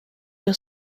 your